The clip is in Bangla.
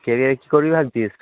কেরিয়ারে কী করবি ভাবছিস